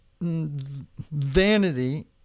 vanity